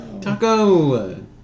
Taco